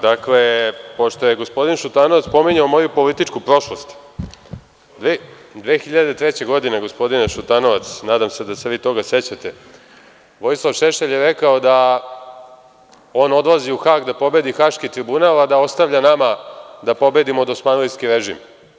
Dakle, pošto je gospodin Šutanovac pominjao moju političku prošlost, 2003. godine, gospodine Šutanovac, nadam se da se vi toga sećate, Vojislav Šešelj je rekao da on odlazi u Hag da pobedi Haški tribunal, a da ostavlja nama da pobedimo dosmanlijski režim.